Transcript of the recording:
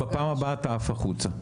בפעם הבאה את עף החוצה.